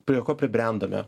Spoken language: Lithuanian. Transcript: prie ko pribrendome